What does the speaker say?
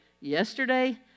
yesterday